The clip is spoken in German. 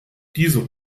dieser